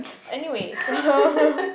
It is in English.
anyway so